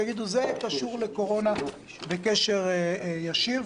יגידו: זה לקורונה בקשר ישיר.